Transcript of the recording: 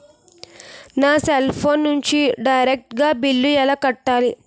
నా cell phone నుంచి direct గా బిల్లు ఎలా కట్టాలి?